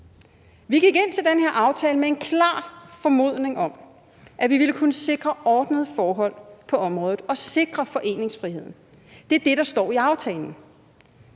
Vi gik ind til den her aftale med en klar formodning om, at vi ville kunne sikre ordnede forhold på området og sikre foreningsfriheden. Det er det, der står i aftalen.